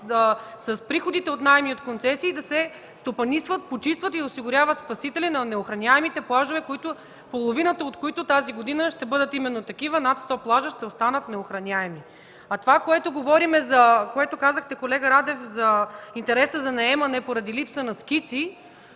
с приходите от наеми и концесии да се стопанисват, почистват и осигуряват спасители на неохраняемите плажове, половината от които тази година ще бъдат именно такива – над 100 плажа ще останат неохраняеми. А това, което казахте, колега Радев, за интереса за наемане поради липса на скици